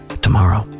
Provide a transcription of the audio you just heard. Tomorrow